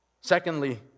Secondly